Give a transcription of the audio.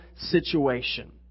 situation